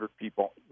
people